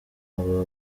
aba